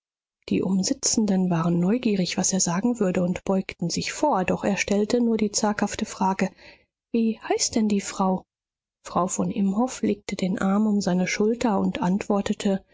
die umsitzenden waren neugierig was er sagen würde und beugten sich vor doch er stellte nur die zaghafte frage wie heißt denn die frau frau von imhoff legte den arm um seine schulter und antwortete